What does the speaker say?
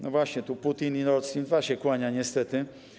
No właśnie, tu Putin i Nord Stream 2 się kłaniają niestety.